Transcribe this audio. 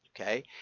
Okay